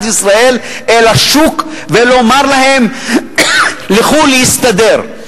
ישראל אל השוק ולומר להם: לכו להסתדר.